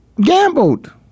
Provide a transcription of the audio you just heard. gambled